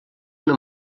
una